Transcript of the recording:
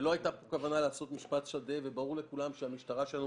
לא הייתה כוונה לעשות פה משפט שדה וברור לכולם שהמשטרה שלנו,